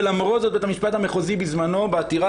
ולמרות זאת בית המשפט המחוזי בזמנו בעתירה